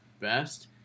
best